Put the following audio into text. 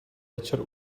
večer